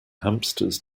hamsters